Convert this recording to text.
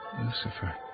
Lucifer